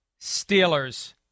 Steelers